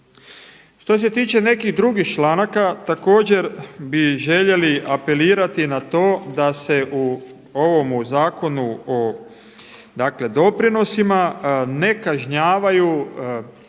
Što se tiče nekih drugih članaka, također bi željeli apelirati na to da se u ovomu Zakonu o doprinosima ne kažnjavaju